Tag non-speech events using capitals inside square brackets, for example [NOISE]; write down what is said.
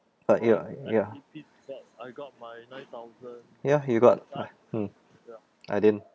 uh ya ya ya you got [NOISE] mm I didn't [LAUGHS]